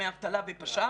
דמי אבטלה ופשיטות רגל.